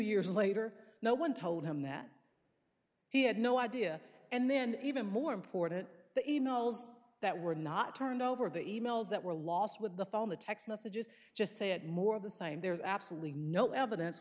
years later no one told him that he had no idea and then even more important the e mails that were not turned over the e mails that were lost with the phone the text messages just say it more of the same there's absolutely no evidence